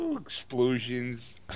explosions